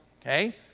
okay